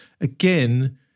again